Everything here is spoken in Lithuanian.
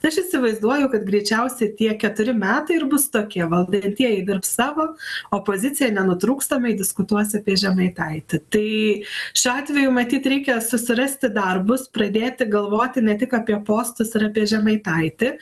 tai aš įsivaizduoju kad greičiausiai tie keturi metai ir bus tokie valdantieji dirbs savo opozicija nenutrūkstamai diskutuos apie žemaitaitį tai šiuo atveju matyt reikia susirasti darbus pradėti galvoti ne tik apie postus ir apie žemaitaitį